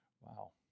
Wow